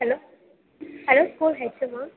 hello hello school ஹெச்எம்மா